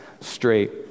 straight